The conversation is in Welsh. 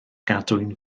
gadwyn